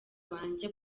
banjye